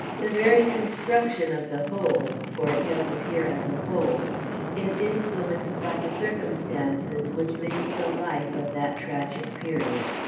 the very construction of the whole for it does appear as a whole is influenced by the circumstances which made the life of that tragic period.